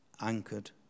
anchored